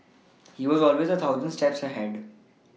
he was always a thousand steps ahead